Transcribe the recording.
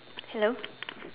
hello